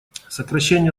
сокращение